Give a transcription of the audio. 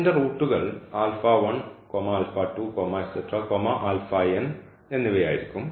അതിൻറെ റൂട്ടുകൾ എന്നിവയായിരിക്കും